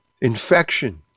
infection